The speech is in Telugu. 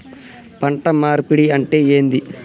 పంట మార్పిడి అంటే ఏంది?